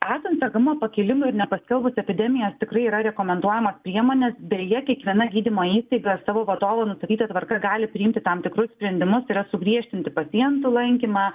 esant sergamumo pakilimui ir nepaskelbus epidemijos tikrai yra rekomenduojamos priemonės beje kiekviena gydymo įstaiga ar savo vadovo nustatyta tvarka gali priimti tam tikrus sprendimus tai yra sugriežtinti pacientų lankymą